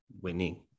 winning